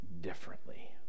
differently